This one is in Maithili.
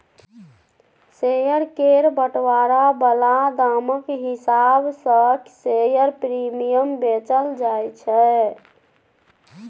शेयर केर बंटवारा बला दामक हिसाब सँ शेयर प्रीमियम बेचल जाय छै